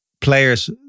players